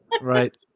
right